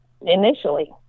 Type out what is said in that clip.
initially